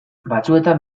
batzuetan